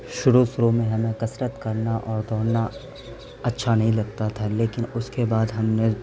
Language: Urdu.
شروع شروع میں ہمیں کسرت کرنا اور دوڑنا اچھا نہیں لگتا تھا لیکن اس کے بعد ہم نے